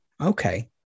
Okay